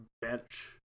bench